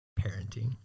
parenting